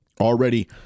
Already